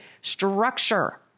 structure